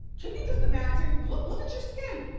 can you just imagine? look, look at your skin.